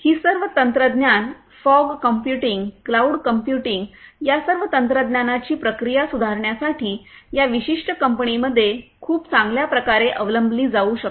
ही सर्व तंत्रज्ञान fog computing cloud computing या सर्व तंत्रज्ञानाची प्रक्रिया सुधारण्यासाठी या विशिष्ट कंपनीमध्ये खूप चांगल्या प्रकारे अवलंबली जाऊ शकते